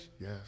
Yes